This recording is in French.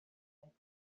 après